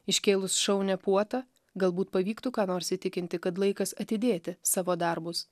iškėlus šaunią puotą galbūt pavyktų ką nors įtikinti kad laikas atidėti savo darbus